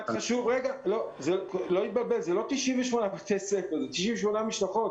לא להתבלבל זה לא 98 בתי-ספר, זה 98 משלחות.